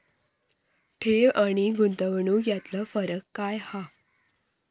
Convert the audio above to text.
ठेव आनी गुंतवणूक यातलो फरक काय हा?